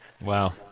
Wow